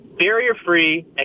barrier-free